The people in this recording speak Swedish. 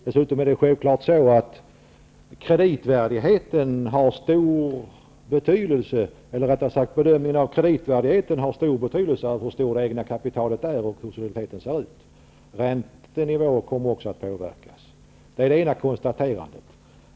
Dessutom är det självfallet så att bedömningen av kreditvärdigheten till stor del beror av hur stort det egna kapitalet är och hur soliditeten ser ut. Räntenivån kommer också att påverkas. Det är det ena konstaterandet.